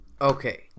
Okay